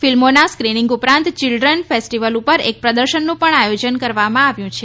ફિલ્મોના સ્ક્રીનિંગ ઉપરાંત children festival ઉપર એક પ્રદર્શનનું પણ આયોજન કરવામાં આવ્યું છે